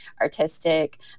artistic